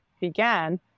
began